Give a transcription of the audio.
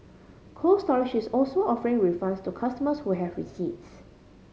Cold Storage is also offering refunds to customers who have receipts